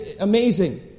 amazing